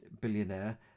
billionaire